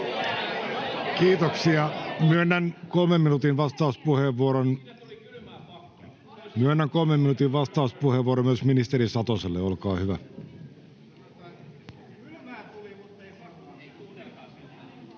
Kiitoksia. — Myönnän kolmen minuutin vastauspuheenvuoron myös ministeri Satoselle. — Olkaa hyvä.